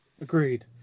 Agreed